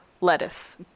lettuce